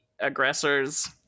aggressors